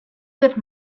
that